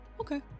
Okay